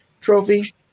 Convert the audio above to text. trophy